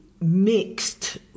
mixed